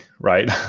right